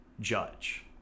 judge